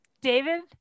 david